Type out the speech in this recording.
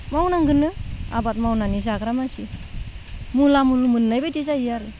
मावनांगोन नों आबाद मावनानै जाग्रा मानसि मुला मुल मोनाय बायदि जायो आरो